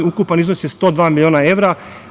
Ukupan iznos je 102 miliona evra.